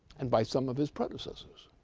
and by some of his predecessors.